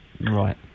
Right